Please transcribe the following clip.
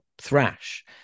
Thrash